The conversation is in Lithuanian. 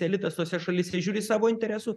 elitas tose šalyse žiūri savo interesų